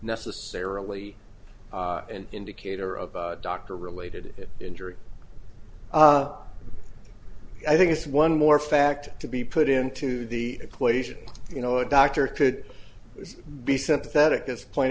necessarily an indicator of a doctor related injury i think it's one more fact to be put into the equation you know a doctor could be sympathetic it's point